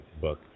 book